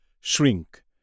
shrink